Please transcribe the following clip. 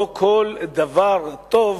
לא כל דבר טוב